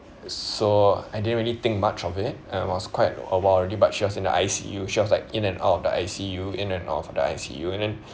so I didn't really think much of it and was quite a while already but she was in the I_C_U she was like in and out of the I_C_U in and out of the I_C_U and then